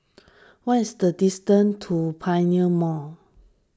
what is the distance to Pioneer Mall